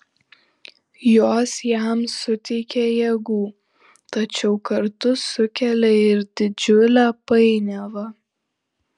jos jam suteikia jėgų tačiau kartu sukelia ir didžiulę painiavą